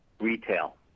retail